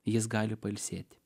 jis gali pailsėti